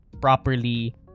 properly